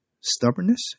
Stubbornness